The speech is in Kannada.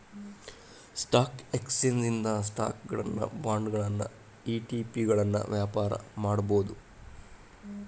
ಸ್ಟಾಕ್ ಎಕ್ಸ್ಚೇಂಜ್ ಇಂದ ಸ್ಟಾಕುಗಳನ್ನ ಬಾಂಡ್ಗಳನ್ನ ಇ.ಟಿ.ಪಿಗಳನ್ನ ವ್ಯಾಪಾರ ಮಾಡಬೋದು